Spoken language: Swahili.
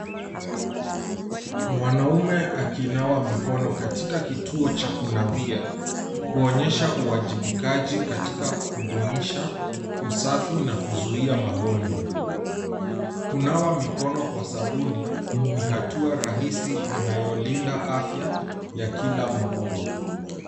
Mwanaume akinawa mikono katika kituo cha kunawia huonyesha uwajibikaji katika kudumisha usafi na kuzuia magonjwa. Kunawa mikono kwa sabuni ni hatua rahisi inayolinda afya ya kila mmoja.